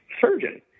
surgeon